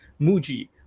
muji